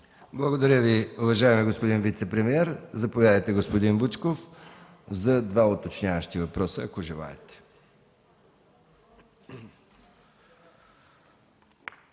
Благодаря Ви, уважаеми господин вицепремиер. Заповядайте, господин Вучков, за два уточняващи въпроса, ако желаете.